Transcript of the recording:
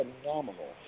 phenomenal